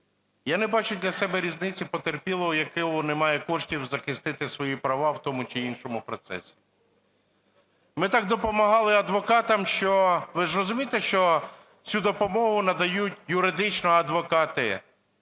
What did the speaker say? Я не бачу для себе різницю потерпілого, у якого немає коштів застити свої права в тому чи іншому процесі. Ми так допомагали адвокатам, що… Ви ж розумієте, що цю допомогу надають юридично адвокати.